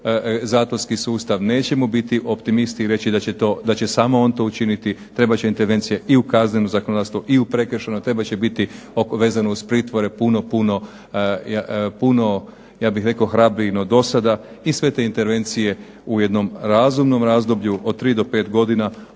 zatvorski sustav. Nećemo biti optimisti i reći da će samo on to učiniti, trebat će intervencije u kaznenom zakonodavstvu i u prekršajnom, trebat će biti vezano uz pritvore puno, puno ja bih rekao hrabriji nego do sada. I sve te intervencije u jednom razumnom razdoblju od 3 do 5 godina